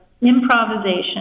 improvisation